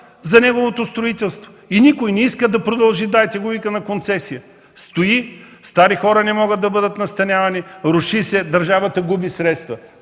за неговото строителство, и никой не иска да продължи. Дайте го, вика, на концесия. Стои! Стари хора не могат да бъдат настанявани, руши се, държавата губи средства.